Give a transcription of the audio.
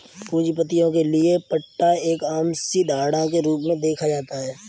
पूंजीपतियों के लिये पट्टा एक आम सी धारणा के रूप में देखा जाता है